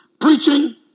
Preaching